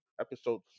episode